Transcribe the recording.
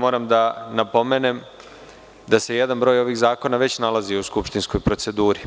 Moram da napomenem da se jedan broj ovih zakona već nalazi u skupštinskoj proceduri,